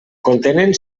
contenen